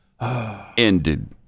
ended